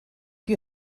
più